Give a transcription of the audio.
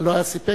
ולא היה סיפק,